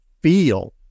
feel